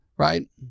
Right